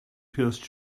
pierce